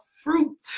fruit